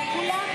הסתייגות 176